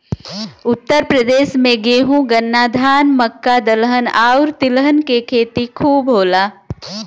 उत्तर प्रदेश में गेंहू, गन्ना, धान, मक्का, दलहन आउर तिलहन के खेती खूब होला